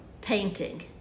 painting